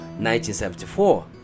1974